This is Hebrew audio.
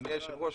אדוני היושב-ראש,